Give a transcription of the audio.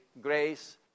grace